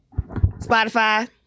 Spotify